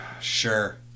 Sure